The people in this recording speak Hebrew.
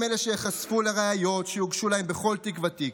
הם שייחשפו לראיות שיוגשו להם בכל תיק ותיק.